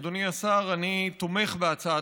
סליחה, אדוני, אנחנו רשומים.